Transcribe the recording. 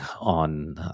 on